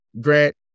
Grant